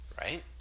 right